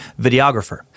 videographer